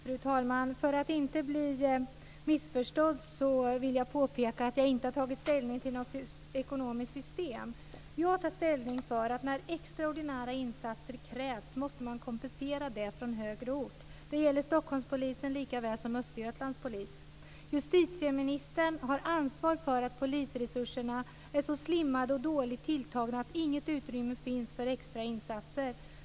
Fru talman! För att inte bli missförstådd vill jag påpeka att jag inte har tagit ställning till något ekonomiskt system. Jag tar ställning för att när extraordinära insatser krävs måste man kompensera dem från högre ort. Det gäller Stockholmspolisen likaväl som polisen i Östergötland. Justitieministern har ansvar för att polisresurserna är så slimmade och dåligt tilltagna att inget utrymme finns för extra insatser.